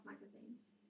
magazines